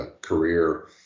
career